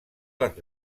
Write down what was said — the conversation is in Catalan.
les